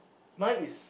mine is